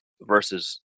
versus